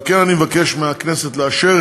על כן אני מבקש מהכנסת לאשר